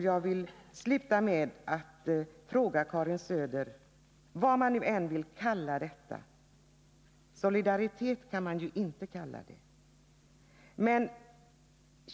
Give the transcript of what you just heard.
Jag vill sluta med att säga följande till Karin Söder: Vad man än vill kalla det, solidaritet kan det inte kallas för.